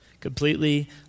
completely